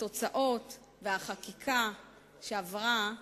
התוצאות והחקיקה שעברה,